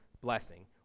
blessing